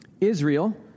Israel